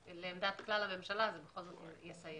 לעמדת כלל הממשלה, זה בכל זאת יסייע.